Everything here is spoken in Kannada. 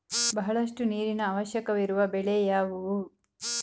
ಬಹಳಷ್ಟು ನೀರಿನ ಅವಶ್ಯಕವಿರುವ ಬೆಳೆ ಯಾವುವು?